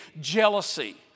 jealousy